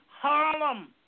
Harlem